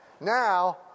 Now